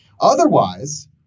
Otherwise